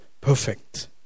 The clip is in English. Perfect